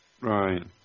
Right